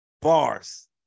Bars